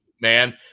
Man